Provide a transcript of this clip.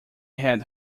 had